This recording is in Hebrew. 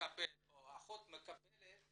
או אחות מקבלת,